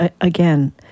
again